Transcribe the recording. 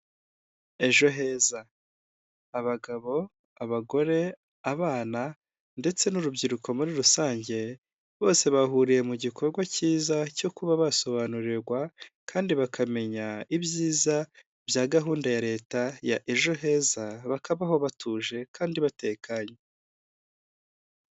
Ejo heza. Abagabo, abagore, abana ndetse n'urubyiruko muri rusange, bose bahuriye mu gikorwa cyiza cyo kuba basobanurirwa kandi bakamenya ibyiza bya gahunda ya Leta ya ejo heza, bakabaho batuje kandi batekanye.